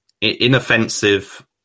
inoffensive